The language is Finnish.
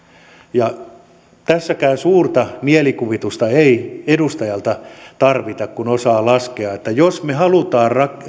tässäkään suurta mielikuvitusta ei edustajalta tarvita kun osaa laskea että jos me haluamme